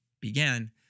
began